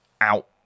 out